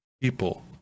people